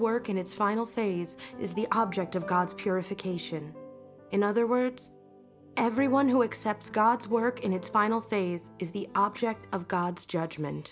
work in its final phase is the object of god's purification in other words everyone who accepts god's work in its final phase is the object of god's judgment